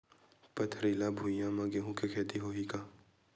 पथरिला भुइयां म गेहूं के खेती होही का?